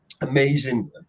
Amazing